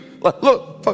look